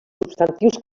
substantius